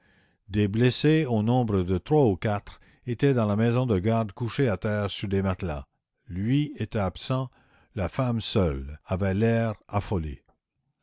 des blessés au nombre de trois ou quatre étaient dans la maison du garde couchés à terre sur des matelas lui était absent la femme seule avait l'air affolé